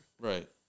Right